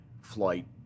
flight